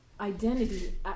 identity